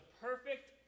perfect